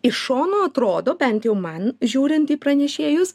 iš šono atrodo bent jau man žiūrint į pranešėjus